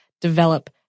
develop